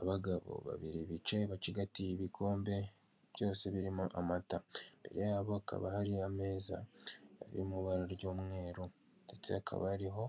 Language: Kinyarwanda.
Abagabo babiri bicaye bacigatiye ibikombe, byose birimo amata. Imbere yabo hakaba hari ameza, ari mu ibara ry'umweru ndetse hakaba hariho